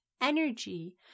energy